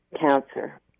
cancer